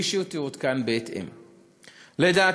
בלי שהיא תעודכן בהתאם?